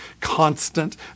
constant